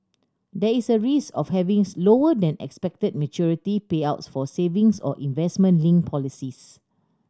there is a risk of having lower than expected maturity payouts for savings or investment linked policies